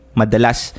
madalas